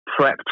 prepped